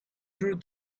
through